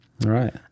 Right